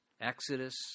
Exodus